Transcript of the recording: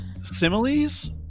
Similes